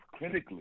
clinically